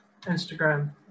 Instagram